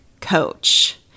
coach